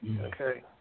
okay